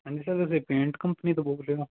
ਹਾਂਜੀ ਸਰ ਤੁਸੀਂ paint company ਤੋਂ ਬੋਲ ਰਹੇ ਹੋ